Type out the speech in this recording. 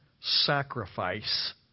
sacrifice